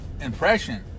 impression